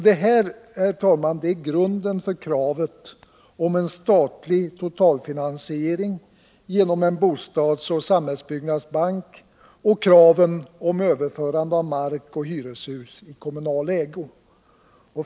Detta är, herr talman, grunden för kravet på en statlig totalfinansering genom en bostadsoch samhällsbyggnadsbank och kraven på överförande av mark och hyreshus i kommunal ägo.